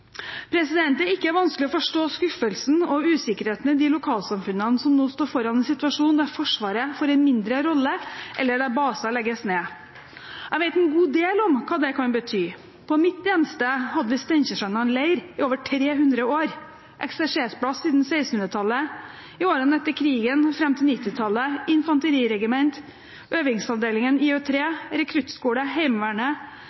Det er ikke vanskelig å forstå skuffelsen og usikkerheten i de lokalsamfunnene som nå står foran en situasjon der Forsvaret får en mindre rolle, eller der baser legges ned. Jeg vet en god del om hva det kan bety. På mitt hjemsted hadde vi Steinkjersannan leir i over 300 år: ekserserplass siden 1600-tallet, i årene etter krigen og fram til 1990-tallet infanteriregiment, øvingsavdelingen